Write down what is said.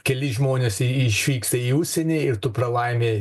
keli žmonės išvyksta į užsienį ir tu pralaimi